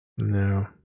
no